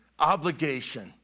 obligation